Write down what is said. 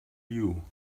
you